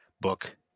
book